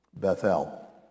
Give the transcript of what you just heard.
Bethel